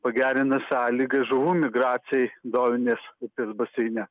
pagerina sąlygas žuvų migracijai dovinės upės baseine